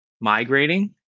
migrating